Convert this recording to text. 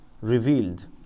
revealed